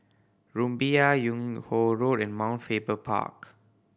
Rumbia Yung Ho Road and Mount Faber Park